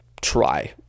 try